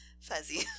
fuzzy